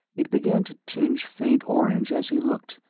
it began to tinge faint orange as he looked,